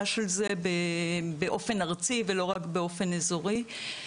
של זה באופן ארצי ולא רק באופן אזורי.